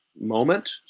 Moment